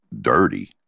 dirty